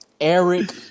Eric